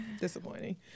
disappointing